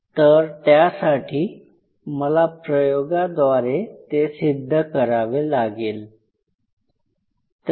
तर त्यासाठी मला प्रयोगाद्वारे ते सिद्ध करावे लागेल